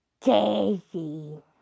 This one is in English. Jazzy